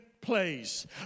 place